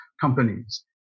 companies